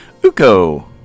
Uko